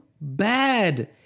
bad